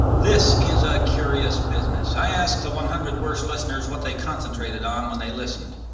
this is a curious business. i asked the one hundred worst listeners what they concentrated on when they listened.